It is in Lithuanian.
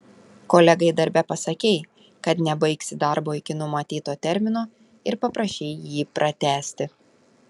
kolegai darbe pasakei kad nebaigsi darbo iki numatyto termino ir paprašei jį pratęsti